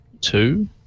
two